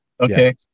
Okay